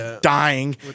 dying